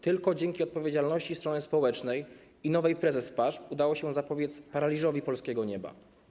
Tylko dzięki odpowiedzialności strony społecznej i nowej prezes PAŻP udało się zapobiec paraliżowi polskiego nieba.